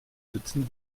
sitzen